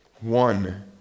One